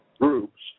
groups